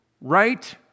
right